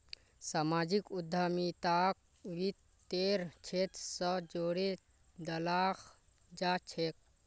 सामाजिक उद्यमिताक वित तेर क्षेत्र स जोरे दखाल जा छेक